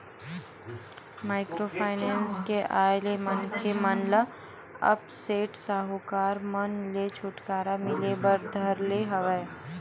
micro finance के आय ले मनखे मन ल अब सेठ साहूकार मन ले छूटकारा मिले बर धर ले हवय